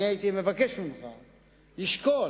הייתי מבקש ממך לשקול,